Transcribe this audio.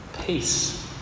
peace